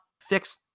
fix